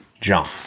John